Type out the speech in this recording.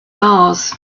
mars